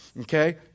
okay